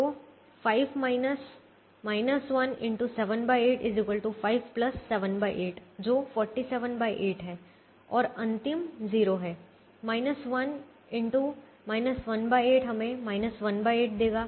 तो 5 1 x 78 5 78 जो 478 है और अंतिम 0 है 1 x 18 हमें 1 8 देगा